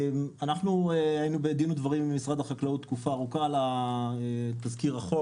אנחנו היינו בדין ובדברים עם משרד החקלאות תקופה ארוכה על תזכיר החוק.